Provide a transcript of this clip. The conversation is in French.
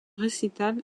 récitals